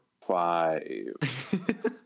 Five